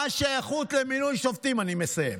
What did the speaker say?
מה השייכות למינוי שופטים, אני מסיים,